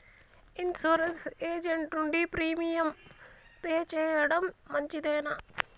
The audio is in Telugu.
ఇన్సూరెన్స్ ఏజెంట్ నుండి ప్రీమియం పే చేయడం మంచిదేనా?